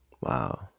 Wow